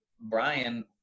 Brian